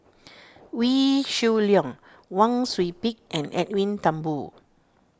Wee Shoo Leong Wang Sui Pick and Edwin Thumboo